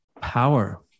power